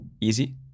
easy